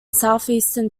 southeastern